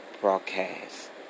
broadcast